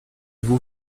vous